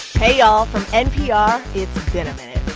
hey, y'all. from npr, it's been a minute.